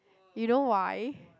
you know why